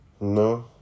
No